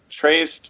traced